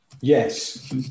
yes